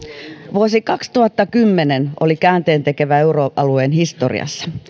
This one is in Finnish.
vuosi kaksituhattakymmenen oli käänteentekevä euroalueen historiassa